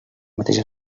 mateix